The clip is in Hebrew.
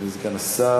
אדוני, סגן השר.